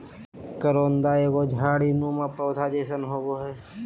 करोंदा एगो झाड़ी नुमा पौधा जैसन होबो हइ